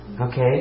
okay